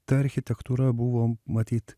ta architektūra buvo matyt